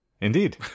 indeed